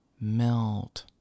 Melt